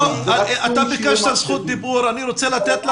אתה ביקשת זכות דיבור ואני רוצה לתת לך.